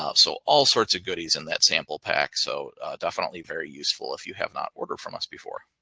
um so all sorts of goodies in that sample pack. so definitely very useful if you have not ordered from us before.